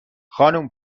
خانم